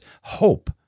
hope